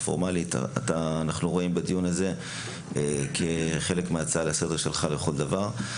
פורמלית אנחנו רואים בדיון הזה חלק מההצעה לסדר היום שלך לכל דבר.